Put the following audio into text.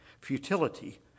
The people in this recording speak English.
Futility